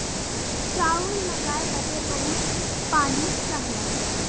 चाउर उगाए बदे बहुत पानी चाहला